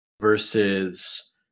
versus